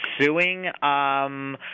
suing